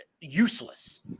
useless